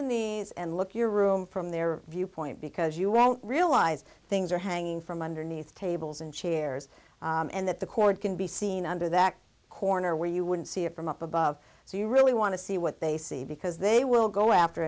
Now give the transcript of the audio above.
these and look your room from their viewpoint because you won't realize things are hanging from underneath tables and chairs and that the cord can be seen under that corner where you wouldn't see it from up above so you really want to see what they see because they will go after